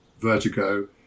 vertigo